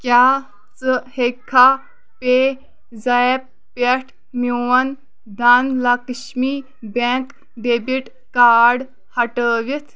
کیٛاہ ژٕ ہٮ۪کھا پے زیپ پٮ۪ٹھ میون Dhanlaxmi bank debit card ہٹٲوِتھ